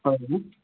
اکھ زٕ